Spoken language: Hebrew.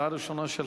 הצעה ראשונה,